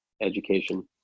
education